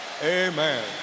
Amen